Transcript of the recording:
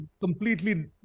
completely